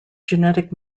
genetic